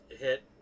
hit